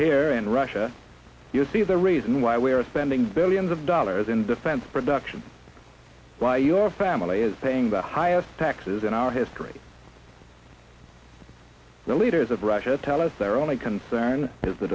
in russia you see the reason why we are spending billions of dollars in defense production why your family is paying the highest taxes in our history the leaders of russia tell us their only concern is the